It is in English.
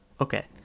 Okay